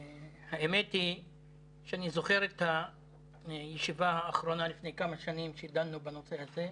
האמת היא שאני זוכר את הישיבה האחרונה לפני כמה שנים כשדנו בנושא הזה,